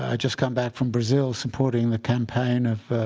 ah just came back from brazil supporting the campaign of